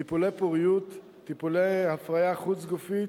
טיפולי פוריות, טיפולי הפריה חוץ-גופית,